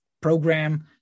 program